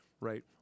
right